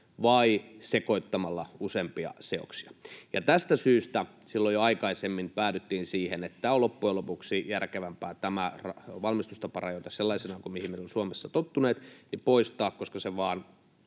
vai sekoittamalla useampia seoksia. Ja tästä syystä silloin jo aikaisemmin päädyttiin siihen, että loppujen lopuksi tämä valmistustaparajoite sellaisena kuin mihin me olemme Suomessa tottuneet on loppujen lopuksi